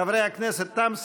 חברי הכנסת, 13 בעד,